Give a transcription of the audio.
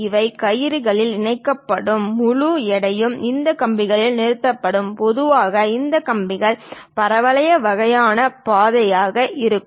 இவை கயிறுகளால் இணைக்கப்படும் முழு எடையும் இந்த கம்பிகளில் நிறுத்தப்படும் பொதுவாக இந்த கம்பிகள் பரவளைய வகையான பாதையாக இருக்கும்